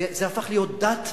וזה הפך להיות דת,